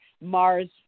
Mars